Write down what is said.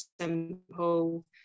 simple